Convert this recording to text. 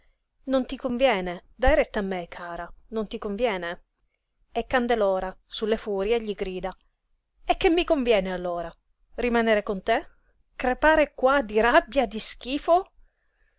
non ti conviene dài retta a me cara non ti conviene e candelora su le furie gli grida e che mi conviene allora rimanere con te crepare qua di rabbia di schifo